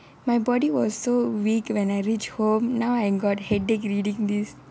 my body was so we weak when I reach home now I've got headache reading this